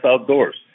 outdoors